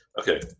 Okay